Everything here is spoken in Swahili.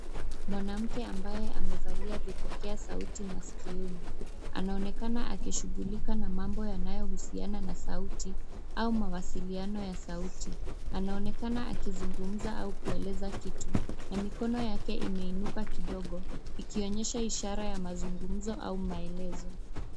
Mwanamke ambaye amevalia vipokea sauti maskioni anaonekana akishughulika na mambo yanayo husiana na sauti au mawasiliano ya sauti. Anaonekana akizungumza au kueleza kitu na mikono yake imeinuka kidogo ikionyesha ishara ya mazungumzo au maelezo.